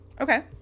Okay